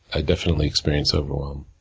i definitely experience overwhelm.